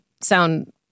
sound